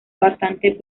bastantes